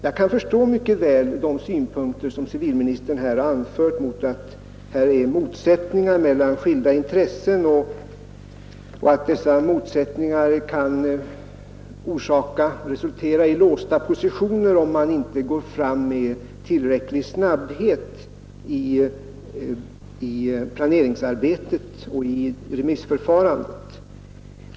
Jag kan mycket väl förstå de synpunkter som civilministern har anfört mot att här finns motsättningar mellan skilda intressen och att dessa motsättningar kan resultera i låsta positioner, om man inte går fram med tillräcklig snabbhet i planeringsarbetet och i remissförfarandet.